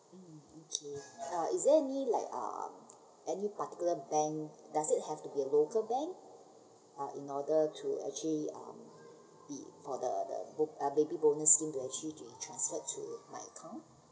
um okay uh is there any like um any particular bank does it have to be a local bank uh in order to actually um be for the the bo~ uh baby bonus scheme to actually to to transfer to my account